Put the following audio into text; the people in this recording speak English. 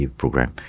program